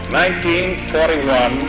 1941